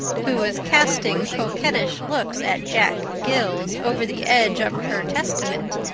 who was casting coquettish looks at jack gills over the edge of her testament,